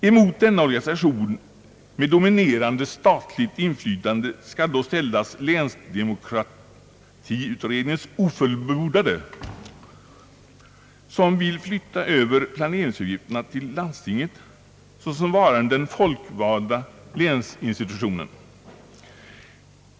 Emot denna organisation med ett dominerande statligt inflytande skall ställas länsdemokratiutredningens ofullbordade betänkande, som vill flytta över planeringsuppgifterna till landstinget såsom varande den folkvalda länsinstitutionen.